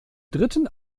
dritten